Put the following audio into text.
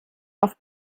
auf